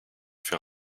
für